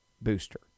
booster